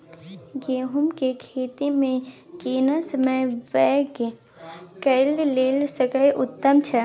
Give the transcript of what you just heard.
गहूम के खेती मे केना समय बौग करय लेल सबसे उत्तम छै?